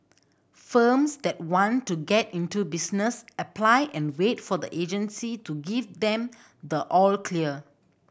firms that want to get into business apply and wait for the agency to give them the all clear